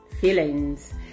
feelings